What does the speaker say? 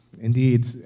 indeed